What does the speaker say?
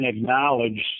acknowledged